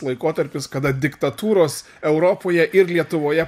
laikotarpis kada diktatūros europoje ir lietuvoje